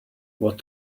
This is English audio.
what